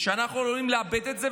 שאנחנו עלולים לאבד את זה.